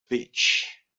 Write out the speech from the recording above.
beach